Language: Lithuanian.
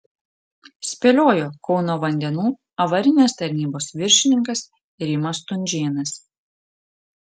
spėliojo kauno vandenų avarinės tarnybos viršininkas rimas stunžėnas